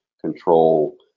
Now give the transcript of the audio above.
control